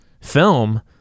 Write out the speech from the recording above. film